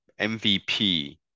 MVP